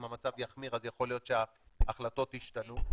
אם המצב יחמיר אז יכול להיות שההחלטות ישתנו.